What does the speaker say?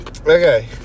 Okay